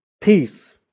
peace